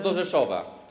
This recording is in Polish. do Rzeszowa.